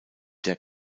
der